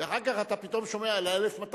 ואחר כך אתה פתאום שומע על ה-1,200,